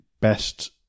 best